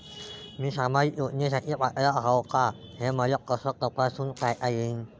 मी सामाजिक योजनेसाठी पात्र आहो का, हे मले कस तपासून पायता येईन?